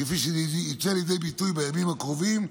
כפי שיבוא לידי ביטוי בימים הקרובים,